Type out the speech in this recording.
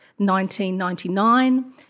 1999